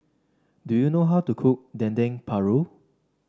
do you know how to cook Dendeng Paru